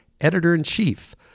editor-in-chief